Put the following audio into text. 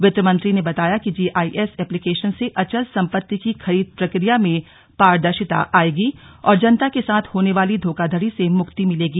वित्त मंत्री ने बताया कि जीआईएस एप्लीकेशन से अचल सम्पत्ति की खरीद प्रक्रिया में पारदर्शिता आएगी और जनता के साथ होने वाली धोखाधड़ी से मुक्ति मिलेगी